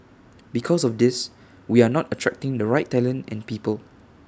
because of this we are not attracting the right talent and people